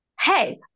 Hey